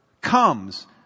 comes